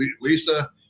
Lisa